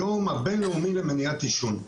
היום הבין-לאומי למניעת עישון.